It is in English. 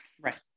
right